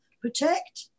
protect